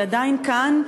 היא עדיין כאן,